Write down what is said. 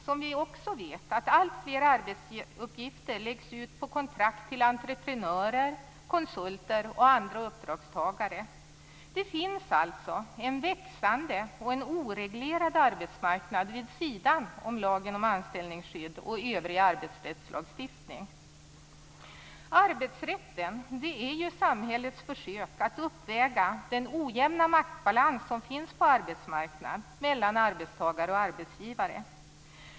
Vi vet också att alltfler arbetsuppgifter via kontrakt läggs ut på entreprenörer, konsulter och andra uppdragstagare. Det finns alltså en växande oreglerad arbetsmarknad vid sidan av lagen om anställningsskydd och övrig arbetsrättslagstiftning. Arbetsrätten är samhällets försök att uppväga den ojämna maktbalansen på arbetsmarknaden mellan arbetstagare och arbetsgivare.